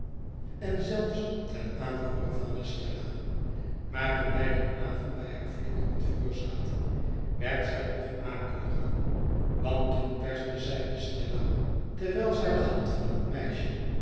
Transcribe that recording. en zelfs ten aanhoore van estella maar toen wij dien avond bij haar flikkerend vuur zaten werd zij nog akeliger want toen perste zij estella terwijl zy de hand van het meisje